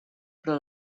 però